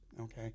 okay